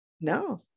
no